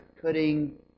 putting